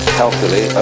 healthily